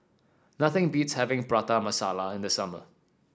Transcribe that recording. nothing beats having Prata Masala in the summer